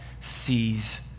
sees